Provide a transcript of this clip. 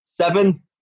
Seven